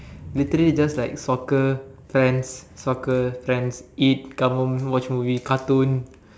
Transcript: literally just like soccer friends soccer friends eat come home watch movie cartoon